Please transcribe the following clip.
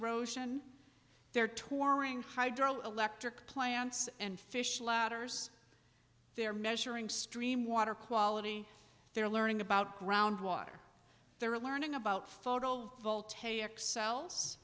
erosion they're touring hydroelectric plants and fish ladders they're measuring stream water quality they're learning about ground water they're learning about photo voltaic cells